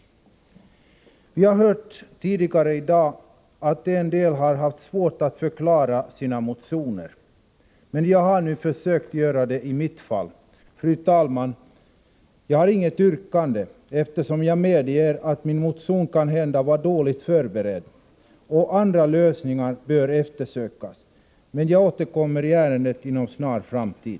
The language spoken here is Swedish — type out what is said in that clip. Vi har tidigare i dag hört att somliga har haft svårt att motivera kraven i sina motioner, men jag har nu försökt göra det i fråga om min motion. Fru talman! Jag har inget yrkande, eftersom jag medger att min motion kanhända var dåligt förberedd och att man bör försöka finna andra lösningar. Jag återkommer i ärendet inom en snar framtid.